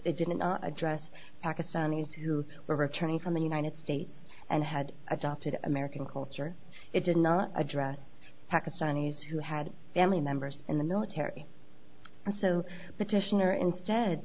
didn't address pakistanis who were returning from the united states and had adopted american culture it did not address pakistanis who had family members in the military